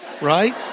Right